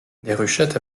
déruchette